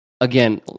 Again